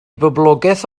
boblogaeth